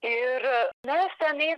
ir mes tenai